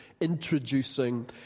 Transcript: Introducing